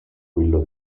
quello